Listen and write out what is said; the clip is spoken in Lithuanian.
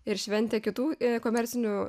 ir šventė kitų komercinių